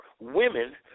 women